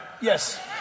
Yes